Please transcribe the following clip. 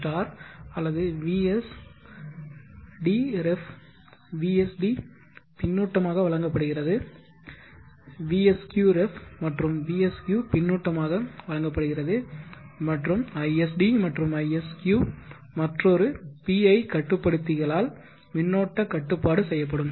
vs அல்லது vsdref vsd பின்னூட்டமாக வழங்கப்படுகிறது Vsqref மற்றும் Vsq பின்னூட்டமாக வழங்கப்படுகிறது மற்றும் isd மற்றும் isq மற்றொரு PI கட்டுப்படுத்திகளால் மின்னோட்ட கட்டுப்பாடு செய்யப்படும்